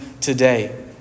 today